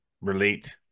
relate